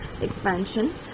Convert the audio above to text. expansion